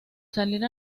salir